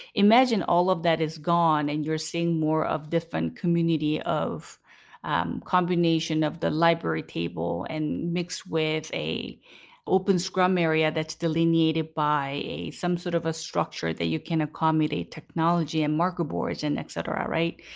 imagine all of that is gone and you're seeing more of different community, of um combination of the library table and mixed with a open scrum area that's delineated by a some sort of a structure that you can accommodate technology and market boards and et cetera. right.